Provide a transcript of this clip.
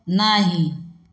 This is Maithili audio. नहि